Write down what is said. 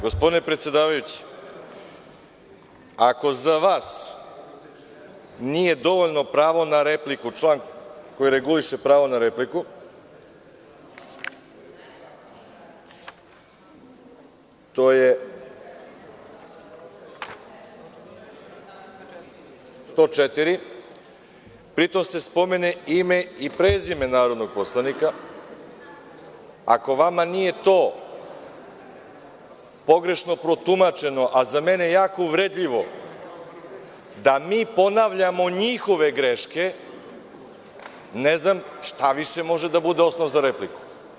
Gospodine predsedavajući, ako za vas nije dovoljno pravo na repliku član koji reguliše pravo na repliku, 104. pri tom se spomene ime i prezime narodnog poslanika i ako vam nije to pogrešno protumačeno, a za mene jako uvredljivo da mi ponavljamo njihove greške, ne znam šta više može da bude osnov za repliku.